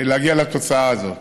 להגיע לתוצאה הזאת.